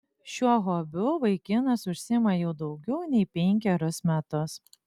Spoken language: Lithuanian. šiuo hobiu vaikinas užsiima jau daugiau nei penkerius metus